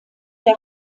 der